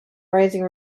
rising